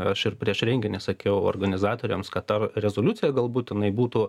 aš ir prieš renginį sakiau organizatoriams kad ta rezoliucija galbūt jinai būtų